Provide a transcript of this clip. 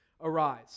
arise